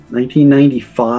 1995